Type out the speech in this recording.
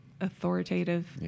authoritative